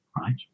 right